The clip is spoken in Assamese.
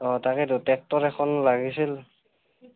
অ' তাকেটো ট্ৰেক্টৰ এখন লাগিছিল